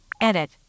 Edit